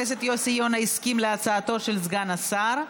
חבר הכנסת יוסי יונה הסכים להצעתו של סגן השר,